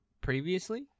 previously